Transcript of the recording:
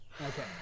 okay